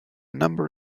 number